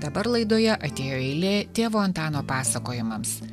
dabar laidoje atėjo eilė tėvo antano pasakojimams